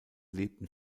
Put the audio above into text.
lebten